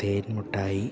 തേൻ മിഠായി